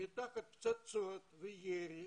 תחת פצצות וירי